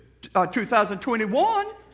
2021